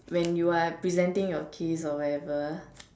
when you are presenting your case or whatever